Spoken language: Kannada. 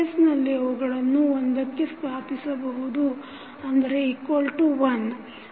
ಕೇಸ್ನಲ್ಲಿ ಅವುಗಳನ್ನು ಒಂದಕ್ಕೆ ಸ್ಥಾಪಿಸಬಹುದು equal 1